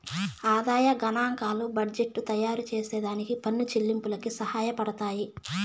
ఆదాయ గనాంకాలు బడ్జెట్టు తయారుచేసే దానికి పన్ను చెల్లింపులకి సహాయపడతయ్యి